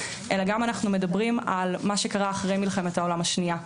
אלא גם אנחנו מדברים על מה שקרה אחרי מלחמת העולם השנייה,